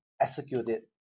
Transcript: executed